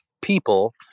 people